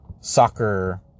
soccer